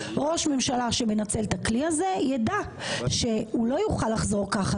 ראש ממשלה שמנצל את הכלי הזה יידע שהוא לא יוכל לחזור ככה